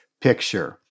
picture